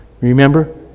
remember